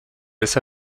esa